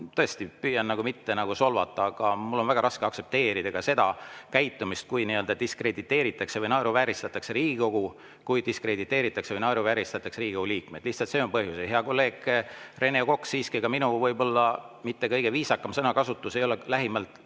tõesti püüan nagu mitte solvata, aga mul on väga raske aktsepteerida seda käitumist, kui diskrediteeritakse või naeruvääristatakse Riigikogu, kui diskrediteeritakse või naeruvääristatakse Riigikogu liikmeid. Lihtsalt see on see põhjus. Hea kolleeg Rene Kokk, siiski, ka minu võib-olla mitte kõige viisakam sõnakasutus ei ole kaugeltki